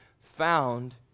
found